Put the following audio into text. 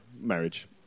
marriage